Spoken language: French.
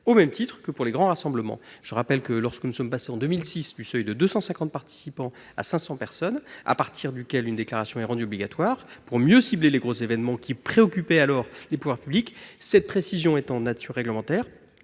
au même titre que pour les grands rassemblements. Je rappelle que lorsque nous avons porté en 2006 de 250 à 500 le nombre de participants à partir duquel une déclaration est rendue obligatoire afin de mieux cibler les gros événements qui préoccupaient alors les pouvoirs publics, cette précision étant de nature réglementaire,